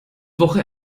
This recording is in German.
woche